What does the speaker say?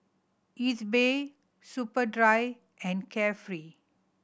Ezbuy Superdry and Carefree